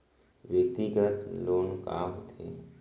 व्यक्तिगत लोन का होथे?